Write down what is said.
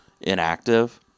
inactive